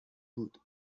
بود